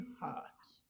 hearts